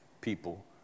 people